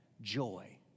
joy